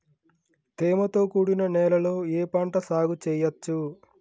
తేమతో కూడిన నేలలో ఏ పంట సాగు చేయచ్చు?